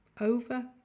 over